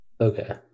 okay